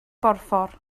borffor